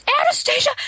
Anastasia